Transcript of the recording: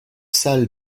salle